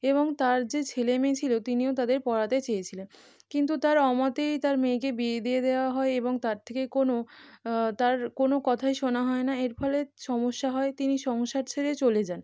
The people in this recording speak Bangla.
এবং তার যে ছেলে মেয়ে ছিল তিনিও তাদের পড়াতে চেয়েছিলেন কিন্তু তার অমতেই তার মেয়েকে বিয়ে দিয়ে দেওয়া হয় এবং তার থেকে কোনো তার কোনো কথাই শোনা হয় না এর ফলে সমস্যা হয় তিনি সংসার ছেড়ে চলে যান